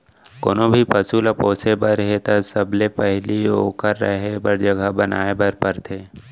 कोनों भी पसु ल पोसे बर हे त सबले पहिली ओकर रहें बर जघा बनाए बर परथे